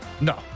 No